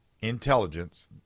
intelligence